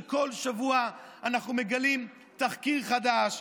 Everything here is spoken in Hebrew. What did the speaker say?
כשכל שבוע אנחנו מגלים תחקיר חדש,